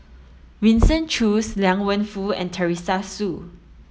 Winston Choos Liang Wenfu and Teresa Hsu